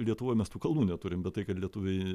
lietuvoj mes tų kalnų neturim bet tai kad lietuviai